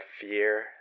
fear